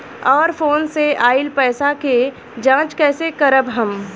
और फोन से आईल पैसा के जांच कैसे करब हम?